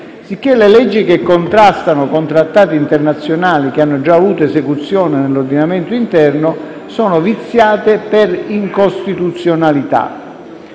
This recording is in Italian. sicché le leggi che contrastino con Trattati internazionali che hanno già avuto esecuzione nell'ordinamento interno sono viziate per incostituzionalità.